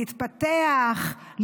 להתפתח,